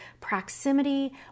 proximity